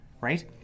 right